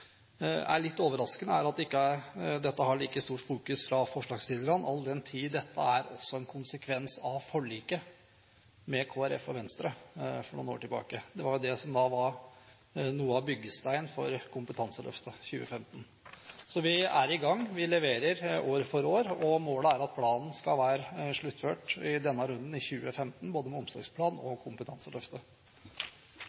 er litt overraskende, er at dette ikke har like stort fokus fra forslagsstillerne, all den tid dette er en konsekvens av forliket med Kristelig Folkeparti og Venstre for noen år tilbake. Det var jo det som var noe av byggesteinen for Kompetanseløftet 2015. Vi er i gang, vi leverer år for år, og målet er at planen i denne runden skal være sluttført i 2015, både Omsorgsplan og